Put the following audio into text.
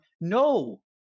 No